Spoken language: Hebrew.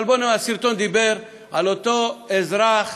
אבל הסרטון דיבר על אותו אזרח